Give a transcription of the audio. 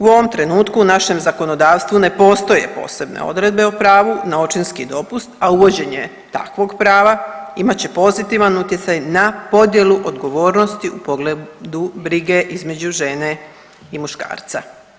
U ovom trenutku u našem zakonodavstvu ne postoje posebne odredbe o pravu na očinski dopust, a uvođenje takvog prava imat će pozitivan utjecaj na podjelu odgovornosti u pogledu brige između žene i muškarca.